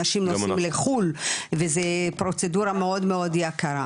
אנשים נוסעים לחו"ל וזה פרוצדורה מאוד יקרה.